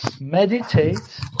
meditate